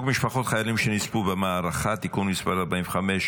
משפחות חיילים שנספו במערכה (תיקון מס' 45),